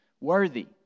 Worthy